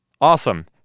Awesome